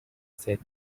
set